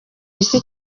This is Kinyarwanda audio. isi